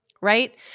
right